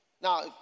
Now